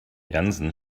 janssen